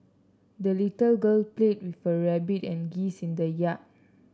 the little girl played with her rabbit and geese in the yard